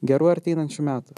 gerų arteinančių metų